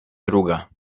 druga